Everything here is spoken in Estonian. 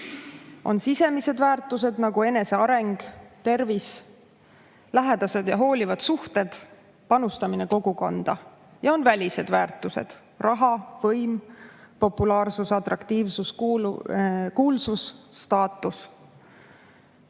On sisemised väärtused, nagu eneseareng, tervis, lähedased ja hoolivad suhted, panustamine kogukonda. Ja on välised väärtused: raha, võim, populaarsus, atraktiivsus, kuulsus, staatus.